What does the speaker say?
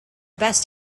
best